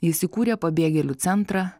jis įkūrė pabėgėlių centrą